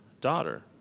daughter